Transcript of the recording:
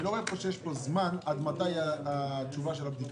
אני לא רואה פה שנקבע זמן למתן התשובה לבדיקה.